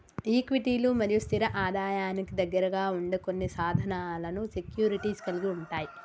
ఈక్విటీలు మరియు స్థిర ఆదాయానికి దగ్గరగా ఉండే కొన్ని సాధనాలను సెక్యూరిటీస్ కలిగి ఉంటయ్